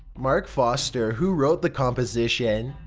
mark foster, who wrote the composition,